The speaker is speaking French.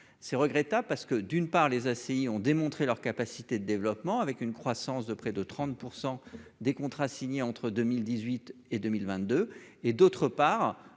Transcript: c'est regrettable parce que, d'une part les ACI ont démontré leur capacité de développement avec une croissance de près de 30 % des contrats signés entre 2018 et 2022, et d'autre part,